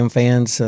fans